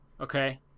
Okay